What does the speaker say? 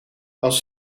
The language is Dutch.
als